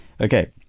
Okay